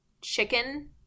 chicken